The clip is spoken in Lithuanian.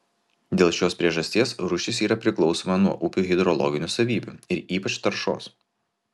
dėl šios priežasties rūšis yra priklausoma nuo upių hidrologinių savybių ir ypač taršos